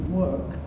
work